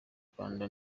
rwanda